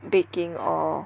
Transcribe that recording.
baking or